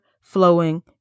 flowing